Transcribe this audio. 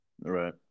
Right